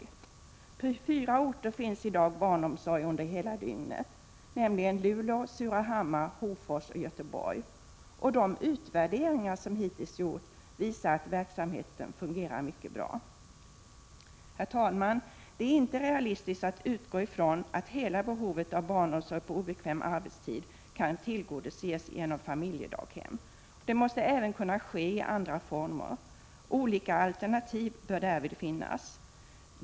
På fyra orter finns i dag barnomsorg under hela dygnet, nämligen Luleå, Surahammar, Hofors och Göteborg. De utvärderingar som hittills gjorts visar att verksamheten fungerar mycket bra. Herr talman! Det är inte realistiskt att utgå ifrån att hela behovet av barnomsorg på obekväm arbetstid kan tillgodoses genom familjedaghem. Det måste även kunna ske i andra former. Olika alternativ bör därför finnas.